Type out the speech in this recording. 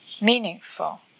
meaningful